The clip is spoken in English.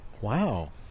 Wow